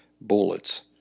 bullets